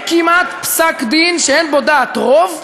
אין כמעט פסק-דין שאין בו דעת רוב,